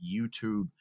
YouTube